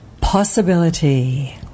Possibility